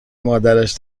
مادرش